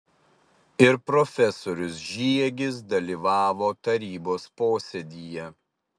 ir profesorius žiegis dalyvavo tarybos posėdyje